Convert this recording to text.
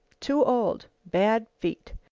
too old. bad feet.